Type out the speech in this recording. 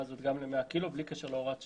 הזאת גם ל-100 קילו-ואט בלי קשר להוראת שעה.